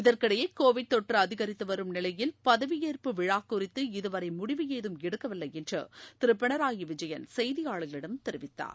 இதற்கிடையே கோவிட் தொற்று அதிகரித்து வரும் நிலையில் பதவியேற்பு விழா குறித்து இதுவரை முடிவு ஏதும் எடுக்கவில்லை என்று திரு பினராயி விஜயன் செய்தியாளர்களிடம் தெரிவித்தார்